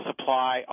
supply